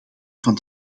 van